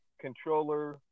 Controller